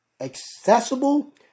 accessible